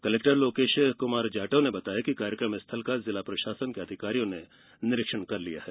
collector Lokesh Kumar Jatav ने बताया कि कार्यक्रम स्थल का जिला प्रशासन के अधिकारियों ने निरीक्षण कर लिया है